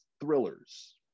thrillers